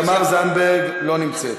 תמר זנדברג, לא נמצאת,